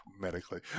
medically